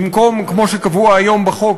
במקום כמו שקבוע היום בחוק,